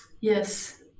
Yes